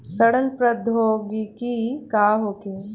सड़न प्रधौगकी का होखे?